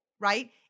right